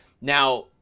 Now